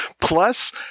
Plus